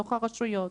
בתוך הרשויות,